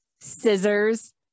scissors